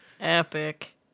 epic